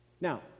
Now